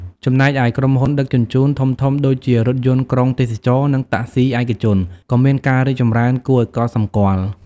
ចំណែកឯ ក្រុមហ៊ុនដឹកជញ្ជូន ធំៗដូចជារថយន្តក្រុងទេសចរណ៍ និងតាក់ស៊ីឯកជនក៏មានការរីកចម្រើនគួរឲ្យកត់សម្គាល់។